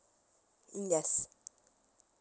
mm yes